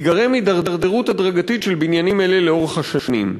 תיגרם הידרדרות הדרגתית של בניינים אלו לאורך השנים.